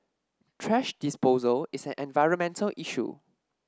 thrash disposal is an environmental issue